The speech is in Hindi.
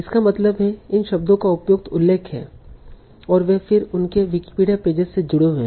इसका मतलब है कि इन शब्दों का उपयुक्त उल्लेख हैं और वे फिर उनके विकिपीडिया पेजेज से जुड़े हुए हैं